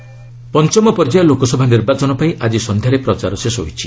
campaigning ପଞ୍ଚମ ପର୍ଯ୍ୟାୟ ଲୋକସଭା ନିର୍ବାଚନ ପାଇଁ ଆଜି ସନ୍ଧ୍ୟାରେ ପ୍ରଚାର ଶେଷ ହୋଇଛି